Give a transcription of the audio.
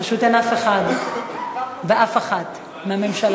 פשוט אין אף אחת ואף אחד מהממשלה.